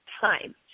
time